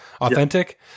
authentic